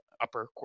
upper